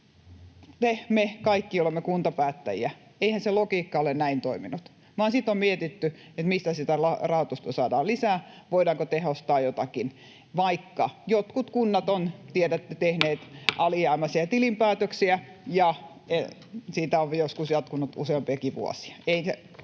te, me, kaikki olemme kuntapäättäjiä. Eihän se logiikka ole näin toiminut, vaan on mietitty, mistä sitä rahoitusta saadaan lisää, voidaanko tehostaa jotakin, vaikka jotkut kunnat ovat tehneet, tiedätte, alijäämäisiä tilinpäätöksiä ja sitä on joskus jatkunut useampiakin vuosia.